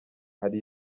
hari